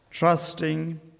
Trusting